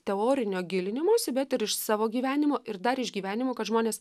teorinio gilinimosi bet ir iš savo gyvenimo ir dar iš gyvenimo kad žmonės